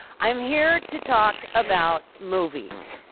i'm here to talk about movies.